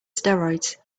steroids